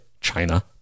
China